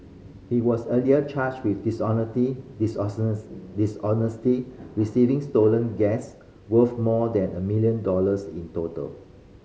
he was earlier charged with dishonestly receiving stolen gas worth more than a million dollars in total